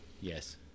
Yes